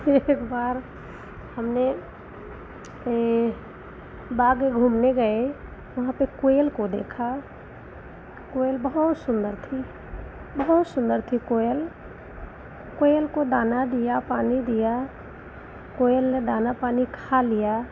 एक बार हमने बाग घूमने गए वहाँ पर कोयल को देखा कोयल बहुत सुन्दर थी बहुत सुन्दर थी कोयल कोयल को दाना दिया पानी दिया कोयल ने दाना पानी खा लिया